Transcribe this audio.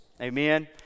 Amen